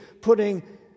putting